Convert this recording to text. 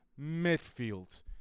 midfield